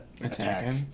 attack